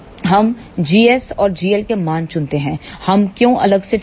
हम gsऔर gl का मान चुनते हैं हम क्यों अलग से चुनते हैं